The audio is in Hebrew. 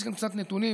יש גם קצת נתונים,